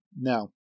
Now